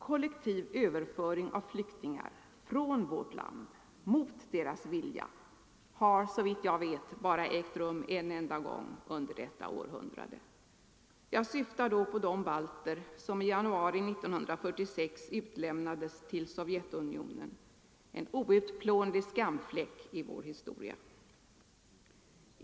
Kollektiv överföring av flyktingar — ooo oo från vårt land mot deras vilja har, såvitt jag vet, bara ägt rum en enda Allmänpolitisk gång under detta århundrade. Jag syftar då på de balter som i januari debatt 1946 utlämnades till Sovjetunionen — en outplånlig skamfläck i vår historia.